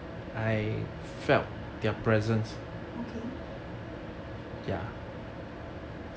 okay